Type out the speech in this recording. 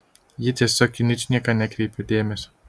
ji tiesiog į ničnieką nekreipė dėmesio